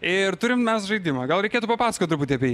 ir turim mes žaidimą gal reikėtų papasakot truputį apie jį